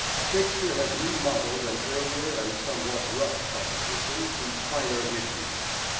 shakespeare has remodelled an earlier and somewhat rough composition to finer issues,